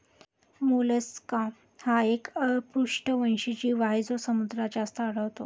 Mollusca हा एक अपृष्ठवंशी जीव आहे जो समुद्रात जास्त आढळतो